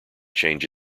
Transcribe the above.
change